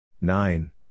nine